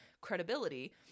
credibility